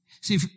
See